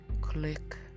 Click